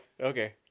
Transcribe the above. Okay